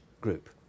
group